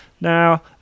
Now